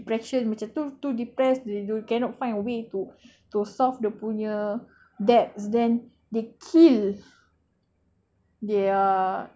but we don't know [what] like macam some people depression macam too too depressed they don't cannot find a way to to solve dia punya debts then they kill